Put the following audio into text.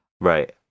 Right